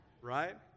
right